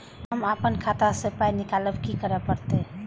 हम आपन खाता स पाय निकालब की करे परतै?